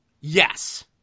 yes